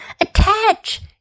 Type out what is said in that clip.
Attach